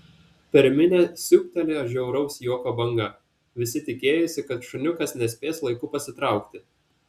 per minią siūbtelėjo žiauraus juoko banga visi tikėjosi kad šuniukas nespės laiku pasitraukti